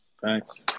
thanks